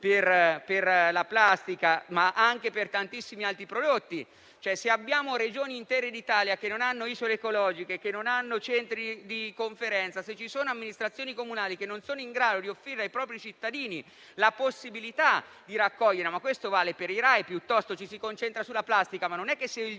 per la plastica, ma anche per tantissimi altri prodotti. Se ci sono intere Regioni d'Italia che non hanno isole ecologiche, che non hanno centri di raccolta, se ci sono amministrazioni comunali che non sono in grado di offrire ai propri cittadini la possibilità di raccogliere, e questo vale soprattutto per i RAEE, ci si concentra sulla plastica, ma non è che se il